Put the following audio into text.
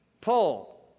pull